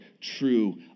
true